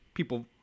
People